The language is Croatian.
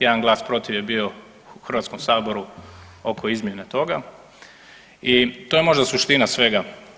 Jedan glas protiv je bio u Hrvatskom saboru oko izmjene toga i to je možda suština svega.